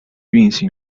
运行